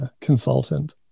consultant